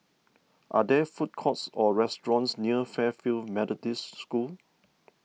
are there food courts or restaurants near Fairfield Methodist School